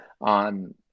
on